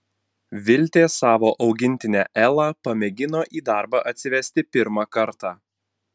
viltė savo augintinę elą pamėgino į darbą atsivesti pirmą kartą